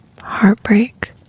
heartbreak